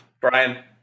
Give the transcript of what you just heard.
Brian